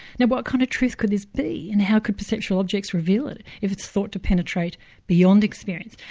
now what kind of truth could this be? and how could the sexual objects reveal it, if it's thought to penetrate beyond experience?